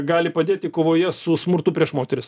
gali padėti kovoje su smurtu prieš moteris